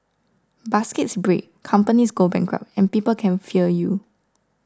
baskets break companies go bankrupt and people can fail you